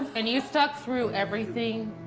and you stuck through everything,